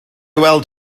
weld